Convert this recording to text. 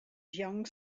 young